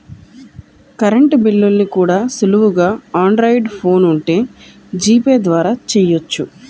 current బిల్లుల్ని కూడా సులువుగా ఆండ్రాయిడ్ ఫోన్ ఉంటే జీపే ద్వారా చెయ్యొచ్చు